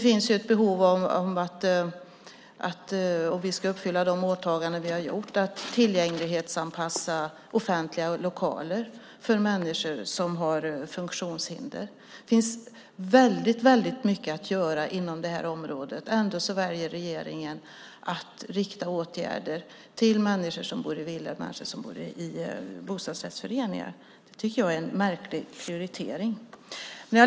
Om vi ska fullgöra våra åtaganden finns det ett behov att tillgänglighetsanpassa offentliga lokaler för människor som har funktionshinder. Det finns väldigt mycket att göra inom detta område. Ändå väljer regeringen att rikta åtgärderna till människor som bor i villor och till människor som bor i bostadsrättsföreningar. Det tycker jag är en märklig prioritering.